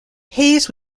hayes